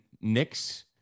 Knicks